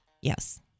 Yes